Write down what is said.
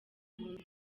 ibihumbi